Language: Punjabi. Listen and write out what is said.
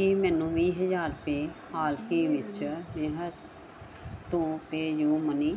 ਕੀ ਮੈਨੂੰ ਵੀਹ ਹਜ਼ਾਰ ਰੁਪਏ ਹਾਲ ਹੀ ਵਿੱਚ ਮੇਹਰ ਤੋਂ ਪੇ ਯੂ ਮਨੀ